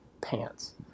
pants